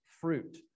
fruit